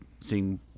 seeing